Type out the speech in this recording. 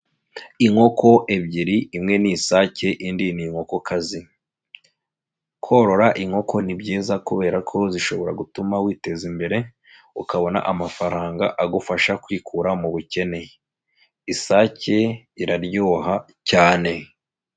Inkoko ebyiri imwe ni isake indi ni inkokokazi. Korora inkoko ni byiza kubera ko zishobora gutuma witeza imbere, ukabona amafaranga agufasha kwikura mu bukene. Isake iraryoha cyane.